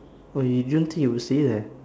oh you didn't think you would stay there